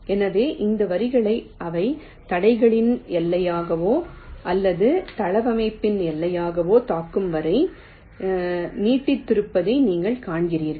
எனவே இந்த வரிகளை அவை தடைகளின் எல்லைகளையோ அல்லது தளவமைப்பின் எல்லைகளையோ தாக்கும் வரை நீட்டித்திருப்பதை இங்கே காண்கிறீர்கள்